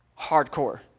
Hardcore